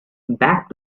back